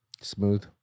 Smooth